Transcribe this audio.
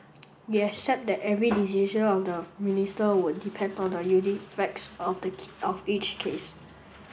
we accept that every decision of the minister would depend on the unique facts of of each case